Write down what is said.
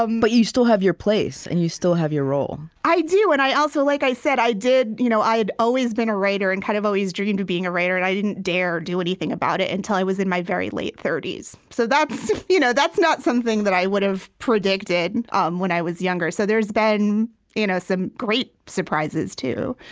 um but you still have your place, and you still have your role i do and i also like i said, i did you know i had always been a writer and kind of always dreamed of being a writer, and i didn't dare do anything about it until i was in my very late thirty s. so that's you know that's not something that i would've predicted um when i was younger. so there's been you know some great surprises too